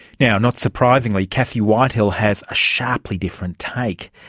now, not surprisingly, cassie whitehill has a sharply different take.